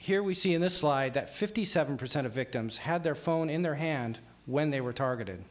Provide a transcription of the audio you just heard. here we see in this slide that fifty seven percent of victims had their phone in their hand when they were targeted